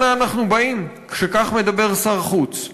אנה אנחנו באים כשכך מדבר שר חוץ?